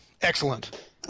Excellent